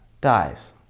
dies